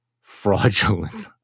fraudulent